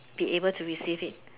be able to receive it